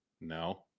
no